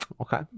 okay